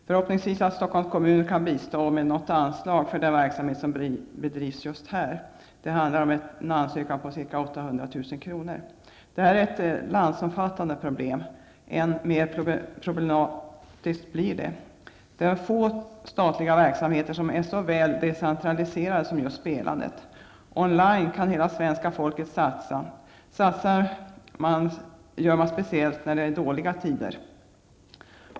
Förhoppningsvis kan Stockholms kommun bistå med något anslag för den verksamhet som bedrivs just här. Det handlar om en ansökan om ca Det här är ett landsomfattande problem. Än mer problematiskt blir det. Det är få statliga verksamheter som är så väl decentraliserade som just spelandet. ''On line'' kan hela svenska folket satsa. Satsar gör man speciellt när det är dåliga tider.